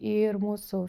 ir mūsų